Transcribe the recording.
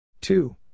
Two